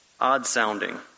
odd-sounding